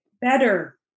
better